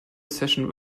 session